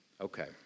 Okay